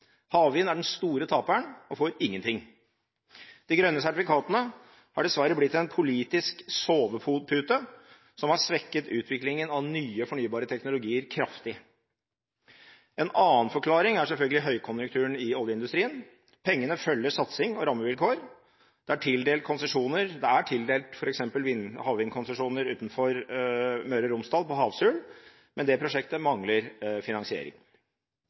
Havvind er den store taperen og får ingenting. De grønne sertifikatene har dessverre blitt en politisk sovepute som har svekket utviklingen av nye, fornybare teknologier kraftig. En annen forklaring er selvfølgelig høykonjunkturen i oljeindustrien. Pengene følger satsing og rammevilkår. Det er tildelt konsesjoner, f.eks. havvindkonsesjoner utenfor Møre og Romsdal, på Havsul, men det prosjektet mangler finansiering.